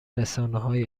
رسانههای